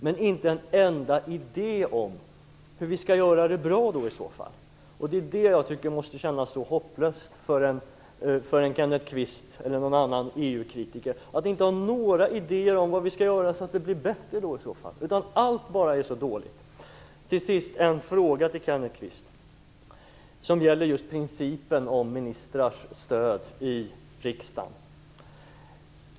Men Kenneth Kvist har inte en enda idé om hur vi i så fall skall göra det bra. Det måste kännas hopplöst för Kenneth Kvist och andra EU-kritiker att inte ha några idéer om vad vi skall göra för att det skall bli bättre - allt är dåligt. Till sist en fråga till Kenneth Kvist, som gäller principen om ministrars stöd i riksdagen.